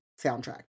soundtrack